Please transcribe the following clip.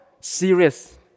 serious